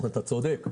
אתה צודק.